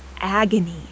agony